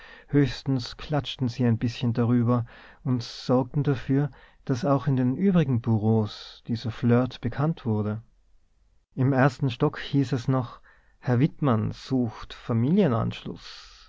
höchstens klatschten sie ein bißchen darüber und sorgten dafür daß auch in den übrigen bureaus dieser flirt bekannt wurde im ersten stock hieß es noch herr wittmann sucht